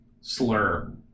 slur